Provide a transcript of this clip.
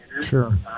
Sure